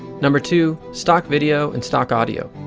number two, stock video and stock audio.